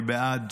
אני בעד,